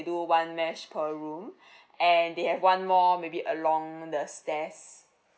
do one mesh per room and they have one more maybe along the stairs